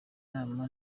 nama